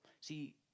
See